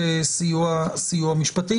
במשפט.